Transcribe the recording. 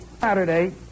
Saturday